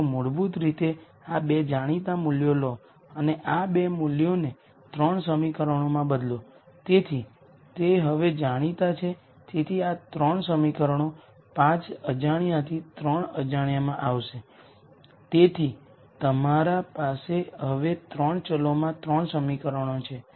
અમે ફક્ત એક આઇગન વેક્ટર v લઈ રહ્યા છીએ અને પછી તે એ આઇગન વેક્ટર માંના n કોમ્પોનન્ટ છે